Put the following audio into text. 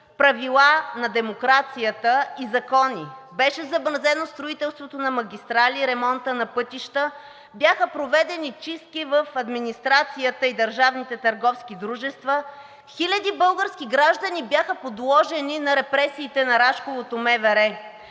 правила на демокрацията и закони. Беше замразено строителството на магистрали и ремонти на пътища. Бяха проведени чистки в администрацията и държавните търговски дружества. Хиляди български граждани бяха подложени на репресиите на Рашковото МВР.